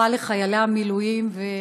חברי הכנסת, נאומים בני דקה.